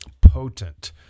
potent